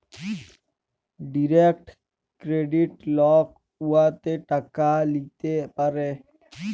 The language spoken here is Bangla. ডিরেক্ট কেরডিট লক উয়াতে টাকা ল্যিতে পারে